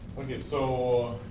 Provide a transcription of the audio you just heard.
okay, so,